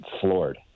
floored